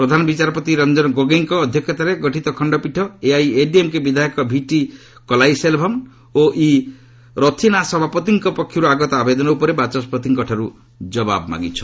ପ୍ରଧାନ ବିଚାରପତି ରଞ୍ଜନ ଗୋଗୋଇଙ୍କ ଅଧ୍ୟକ୍ଷତାରେ ଗଠିତ ଖଣ୍ଡପୀଠ ଏଆଇଏଡିଏମ୍କେ ବିଧାୟକ ଭିଟି କଲାଇସେଲ୍ଭନ୍ ଓ ଇ ରଥିନାସବାପତିଙ୍କ ପକ୍ଷରୁ ଆଗତ ଆବେଦନ ଉପରେ ବାଚସ୍କତିଙ୍କ ଜବାବ ମାଗିଛନ୍ତି